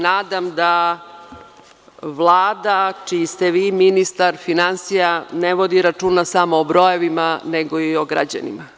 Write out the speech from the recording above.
Nadam se da Vlada čiji ste vi ministar finansija, ne vodi računa samo o brojevima, nego i o građanima.